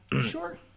sure